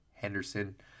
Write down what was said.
henderson